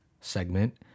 segment